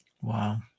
Wow